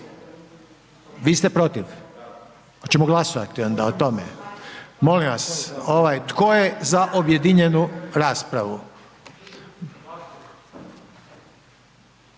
Vi ste protiv? Hoćemo glasovati onda o tome? Molim vas. Tko je za objedinjenu raspravu?